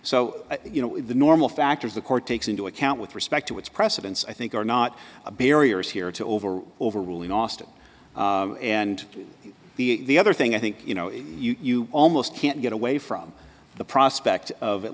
so you know the normal factors the court takes into account with respect to its precedents i think are not barriers here to over overruling austin and the other thing i think you know you almost can't get away from the prospect of at